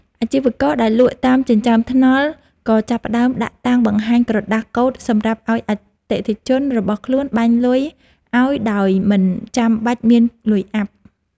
អាជីវករដែលលក់តាមចិញ្ចើមថ្នល់ក៏ចាប់ផ្តើមដាក់តាំងបង្ហាញក្រដាសកូដសម្រាប់ឱ្យអតិថិជនរបស់ខ្លួនបាញ់លុយអោយដោយមិនចាំបាច់មានលុយអាប់។